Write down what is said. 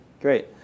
great